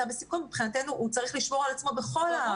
בסיכון מבחינתנו הוא צריך לשמור על עצמו בכול.